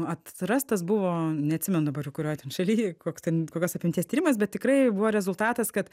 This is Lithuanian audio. atrastas buvo neatsimenu dabar jau kurioj ten šaly koks ten kokios apimties tyrimas bet tikrai buvo rezultatas kad